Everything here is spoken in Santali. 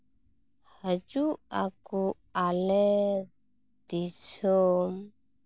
ᱦᱤᱡᱩᱜᱼᱟᱠᱚ ᱟᱞᱮ ᱫᱤᱥᱚᱢ